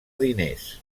diners